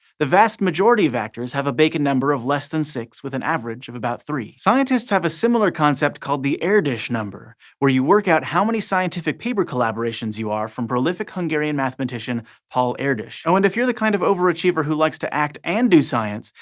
the vast majority of actors have a bacon number of less than six, with an average of about three. scientists have a similar concept called the erdos number, where you work out how many scientific paper collaborations you are from prolific hungarian mathematician paul erdos. oh and if you're the kind of overachiever who likes to act and do science,